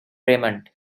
raymond